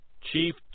Chief